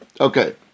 Okay